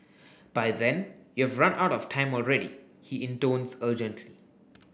by then you've run out of time already he intones urgently